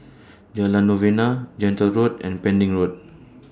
Jalan Novena Gentle Road and Pending Road